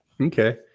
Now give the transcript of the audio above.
Okay